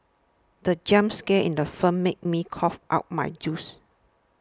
the jump scare in the film made me cough out my juice